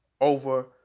over